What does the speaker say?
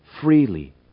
freely